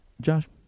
Josh